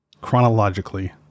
chronologically